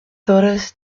torres